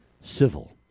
civil